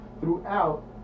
throughout